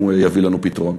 אם הוא יביא לנו פתרון,